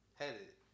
headed